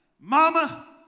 Mama